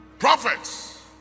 Prophets